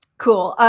cool,